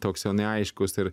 toks jau neaiškus ir